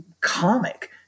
comic